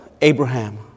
Abraham